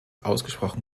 ausgesprochen